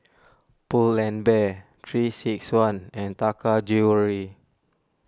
Pull and Bear three six one and Taka Jewelry